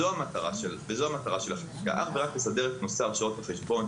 זוהי המטרה של החקיקה; אך ורק לסדר את נושא ההרשאות בחשבון,